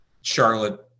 Charlotte